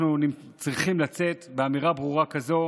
אנחנו צריכים לצאת באמירה ברורה כזו